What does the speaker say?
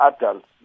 adults